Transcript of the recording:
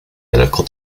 medical